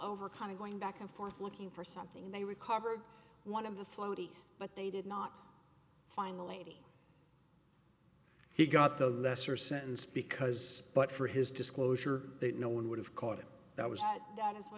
overcoming going back and forth looking for something they recovered one of the slow days but they did not find the lady he got the lesser sentence because but for his disclosure that no one would have caught it that was that is w